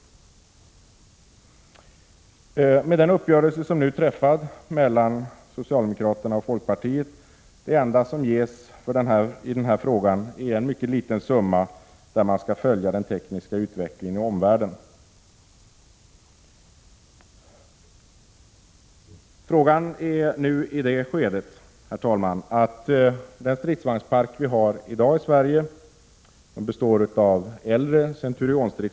Efter den uppgörelse som nu har träffats mellan socialdemokraterna och folkpartiet ges emellertid när det gäller denna fråga endast en mycket liten summa för att man skall kunna följa den tekniska utvecklingen i omvärlden. Herr talman! Den stridsvagnspark som vi har i dag i Sverige består av äldre Centurion-vagnar.